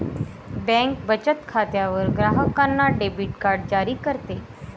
bank बचत खात्यावर ग्राहकांना डेबिट कार्ड जारी करते